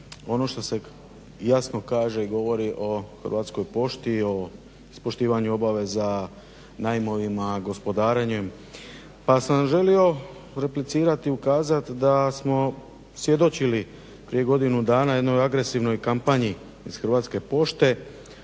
ono što se jasno kaže i govori o Hrvatskoj pošti, o ispoštivanju obaveza najmovima, gospodarenjem pa sam želio replicirat i ukazat da smo svjedočili prije godinu dana jednoj agresivnoj kampanji iz Hrvatske pošte